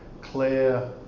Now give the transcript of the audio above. clear